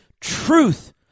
truth